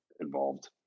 involved